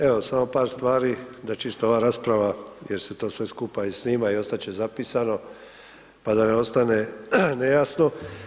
Evo samo par stvari da čisto ova rasprava jer se to sve skupa i snima i ostati će zapisano pa da ne ostane nejasno.